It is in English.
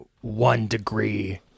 one-degree